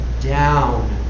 down